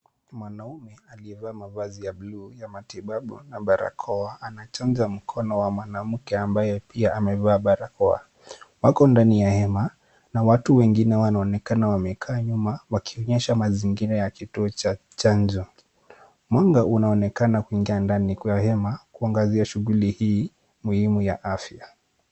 Mwanaume aliyevaa mavazi ya buluu ya matibabu na barakoa ana chanja mkono wa mwanamke ambaye pia amevaa barakoa. Wako ndani ya hema na watu wengine wanaonekana wamekaa nyuma wakionyesha mazingira ya kituo cha chanjo. Mwanga unaonekana kuingia ndani kwa hema kuangazia shughuli hii muhimu ya afya.